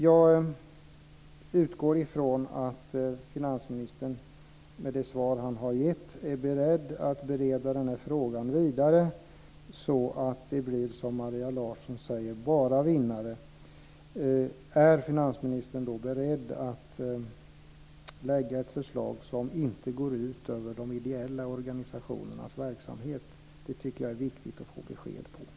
Jag utgår ifrån att finansministern med det svar han har gett är beredd att bereda denna fråga vidare så att det blir, som Maria Larsson säger, bara vinnare. Är finansministern beredd att lägga ett förslag som inte går ut över de ideella organisationernas verksamhet? Det tycker jag är viktigt att få besked om.